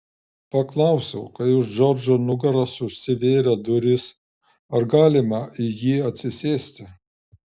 paklausiau kai už džordžo nugaros užsivėrė durys ar galima į jį atsisėsti